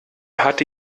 hatte